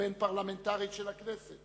הבין-פרלמנטרית של הכנסת